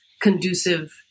conducive